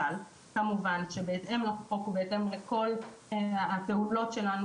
אבל בהתאם לחוק והפעולות שלנו